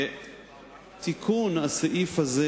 תיקון הסעיף הזה